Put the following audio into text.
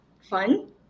fun